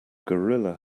gorilla